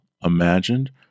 imagined